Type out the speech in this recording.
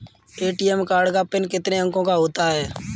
ATM card का PIN कितने अंकों का होता है?